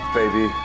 baby